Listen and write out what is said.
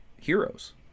heroes